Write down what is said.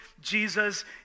Jesus